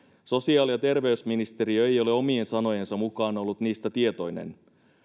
sosiaali ja terveysministeriö ei ole omien sanojensa mukaan ollut niistä tietoinen